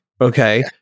okay